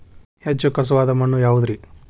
ಹೆಚ್ಚು ಖಸುವಾದ ಮಣ್ಣು ಯಾವುದು ರಿ?